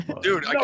Dude